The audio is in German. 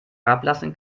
herablassen